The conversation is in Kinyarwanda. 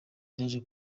byaje